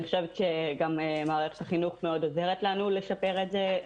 אני חושבת שגם מערכת החינוך מאוד עוזרת לנו לשפר את זה,